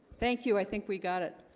thank you, i think we got it